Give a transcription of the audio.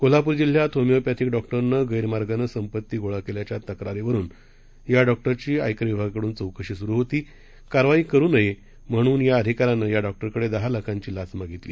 कोल्हापूरजिल्ह्यातहोमियोपॅथीकडॉक्टरनंगैरमार्गानंसंपत्तीगोळाकेल्याच्यातक्रारीवरूनसदरडॉक्टरचीआयकरविभागाकडूनचौकशीसुरूहोती कारवाईकरूनयेम्हणूनयाअधिकाऱ्यानंयाडॉक्टरकडेदहालाखांचीलाचमागितली